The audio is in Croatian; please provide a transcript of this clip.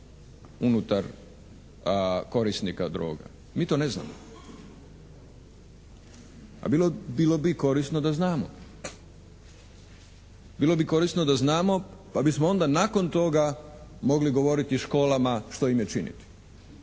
unutar korisnika droga. Mi to ne znamo. A bilo bi korisno da znamo. Bilo bi korisno da znamo pa bismo onda nakon toga mogli govoriti školama što im je činiti.